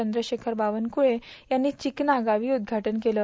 चंद्रशेखर बावनकळे यांनी चिकना गावी उद्दघाटन केलं